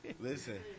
Listen